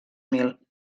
mil